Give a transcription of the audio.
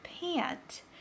pant